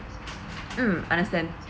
mm understand